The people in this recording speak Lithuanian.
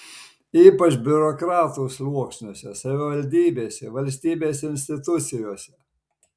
ypač biurokratų sluoksniuose savivaldybėse valstybės institucijose